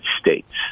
States